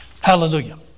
Hallelujah